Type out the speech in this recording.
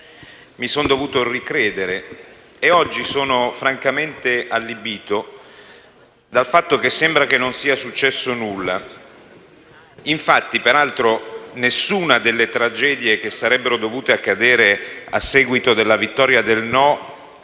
Mi sono dovuto ricredere e oggi sono francamente allibito dal fatto che sembra che non sia successo nulla. Infatti, peraltro, nessuna delle tragedie che sarebbero dovute accadere a seguito della vittoria del no